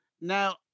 now